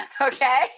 Okay